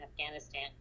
Afghanistan